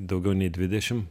daugiau nei dvidešim